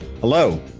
Hello